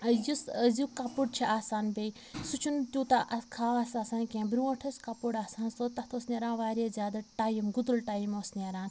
ٲں یُس أزیٛک کَپُر چھُ آسان بیٚیہِ سُہ چھُنہٕ تیٛوتاہ اَ خاص آسان کیٚنٛہہ برٛونٛٹھ ٲسۍ کَپُر آسان سُہ تَتھ اوس نیران واریاہ زیادٕ ٹایم گُتُل ٹایِم اوس نیران